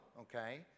okay